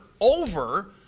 over